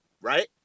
Right